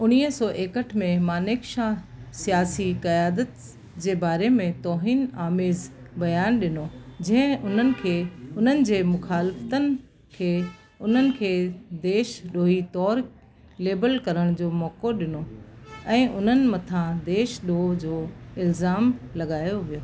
उणिवीह सौ एकहठि में मानेक्षा सियासी कयादत जे बारे में तौहिन आमेज़ बयानु ॾिनो हो जे उन्हनि खे उन्हनि जे मुहाल तन खे उन्हनि खे देश द्रोही तौरु लेबल करण जो मौक़ो ॾिनो ऐं उननि मथा देश डोहु जो इलज़ाम लॻायो वियो